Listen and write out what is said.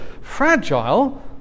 fragile